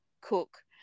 cook